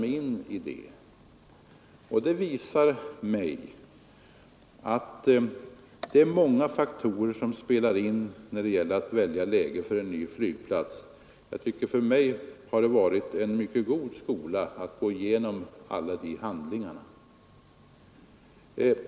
Och då har jag förstått att det är många faktorer som spelar in vid valet av en ny flygplats. Jag tycker också att det har varit en mycket god skola för mig att gå igenom alla de handlingarna.